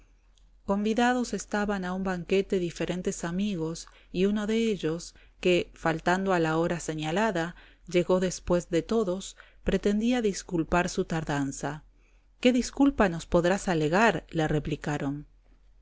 convidados estaban a un banquete diferentes amigos y uno de ellos que faltando a la hora señalada llegó después de todos pretendía disculpar su tardanza qué disculpa nos podrás alegar le replicaron él